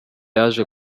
yaje